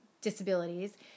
disabilities